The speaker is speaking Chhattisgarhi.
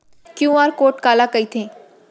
क्यू.आर कोड काला कहिथे?